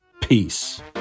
Peace